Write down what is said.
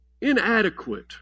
Inadequate